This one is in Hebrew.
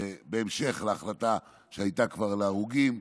בהמשך להחלטה שהייתה כבר על ההרוגים.